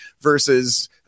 versus